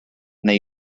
neu